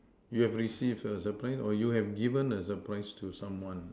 you have received a surprise or you have given a surprise to someone